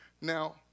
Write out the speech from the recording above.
Now